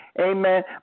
Amen